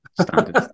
Standard